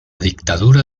dictadura